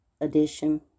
edition